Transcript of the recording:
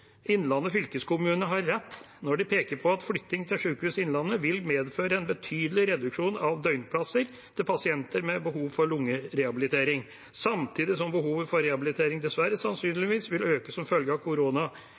Innlandet fylkeskommune har rett når de peker på at flytting til Sykehuset Innlandet vil medføre en betydelig reduksjon av døgnplasser til pasienter med behov for lungerehabilitering, samtidig som behovet for rehabilitering dessverre sannsynligvis vil øke som følge av